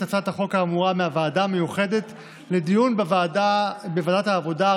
הצעת החוק האמורה מהוועדה המיוחדת לדיון בוועדת העבודה,